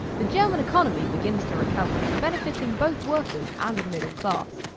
the german economy begins to recover, benefiting both workers and the middle class.